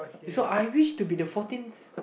so I wish to be the fourteenth